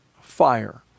fire